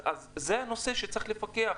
אז זה הנושא שצריך לפקח.